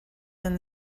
than